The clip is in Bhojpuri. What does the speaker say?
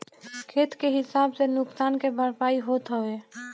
खेत के हिसाब से नुकसान के भरपाई होत हवे